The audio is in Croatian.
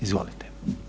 Izvolite.